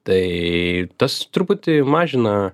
tai tas truputį mažina